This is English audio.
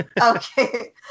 Okay